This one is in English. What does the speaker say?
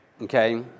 okay